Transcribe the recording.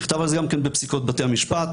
נכתב על זה גם בפסיקות בתי המשפט,